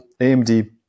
AMD